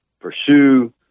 pursue